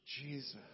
Jesus